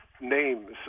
names